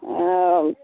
हँ